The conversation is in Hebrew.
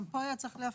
גם פה היה צריך להפחית.